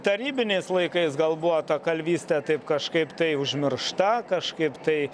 tarybiniais laikais gal buvo ta kalvystė taip kažkaip tai užmiršta kažkaip tai